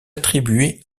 attribué